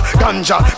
ganja